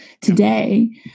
today